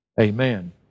Amen